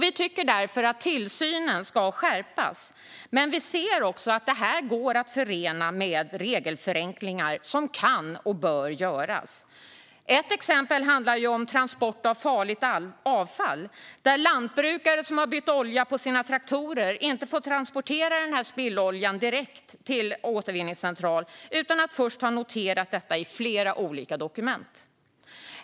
Vi tycker därför att tillsynen ska skärpas, Men vi ser också att det går att förena med regelförenklingar som kan och bör göras. Ett exempel handlar om transport av farligt avfall där lantbrukare som har bytt olja på sina traktorer inte får transportera spilloljan direkt till återvinningscentral utan att först ha noterat detta i flera olika dokument.